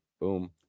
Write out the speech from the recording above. boom